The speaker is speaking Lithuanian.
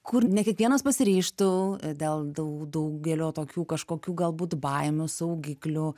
kur ne kiekvienas pasiryžtų dėl dau daugelio tokių kažkokių galbūt baimių saugiklių